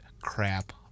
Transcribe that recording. crap